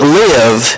live